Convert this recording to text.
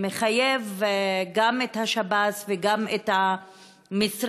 והדבר מחייב גם את השב"ס וגם את המשרד